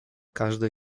każdy